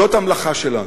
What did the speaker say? זאת המלאכה שלנו.